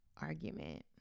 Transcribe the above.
argument